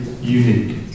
unique